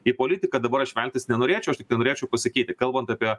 į politiką dabar aš veltis nenorėčiau aš tiktai norėčiau pasakyti kalbant apie